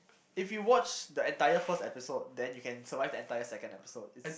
if you watch the entire first episode then you can survive the entire second episode it's